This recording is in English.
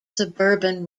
suburban